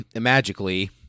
magically